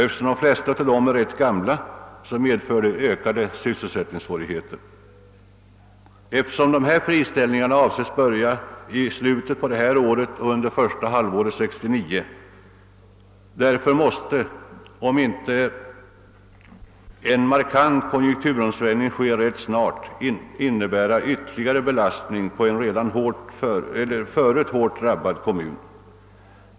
Eftersom de flesta av dem är rätt gamla medför det ökade sysselsättningssvårigheter. Dessa = friställningar avses börja i slutet av detta år och under första halvåret 1969, och måste därför, om inte en markant konjunkturomsvängning rätt snart sker, innebära ytterligare belastning på en redan förut hårt drabbad kommun.